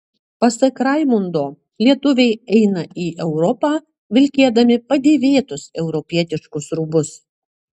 pasak raimundo lietuviai eina į europą vilkėdami padėvėtus europietiškus rūbus